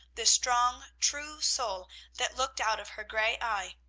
the strong, true soul that looked out of her gray eye,